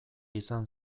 izan